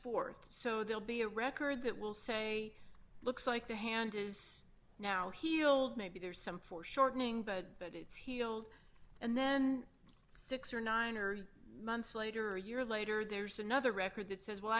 forth so they'll be a record that will say looks like the hand is now healed maybe there's some foreshortening but it's healed and then six or nine or months later year later there's another record that says well